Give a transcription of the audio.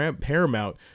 Paramount